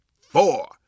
four